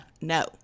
no